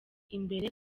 imbere